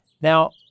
now